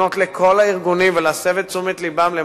לפנות אל כל הארגונים ולהסב את תשומת לבם שצריך